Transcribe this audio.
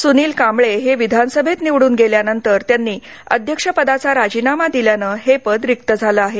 सुनील कांबळे हे विधानसभेत निवडून गेल्यानंतर त्यांनी अध्यक्षपदाचा राजीनामा दिल्यावर हे पद रिक्त झालं आहे